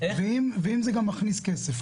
ואם זה גם מכניס כסף,